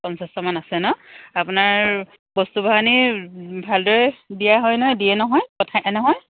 পঞ্চাছমান আছে ন আপোনাৰ বস্তু বাহানি ভালদৰে দিয়া হয় নহয় দিয়ে নহয় পঠাই নহয়